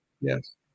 Yes